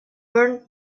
burned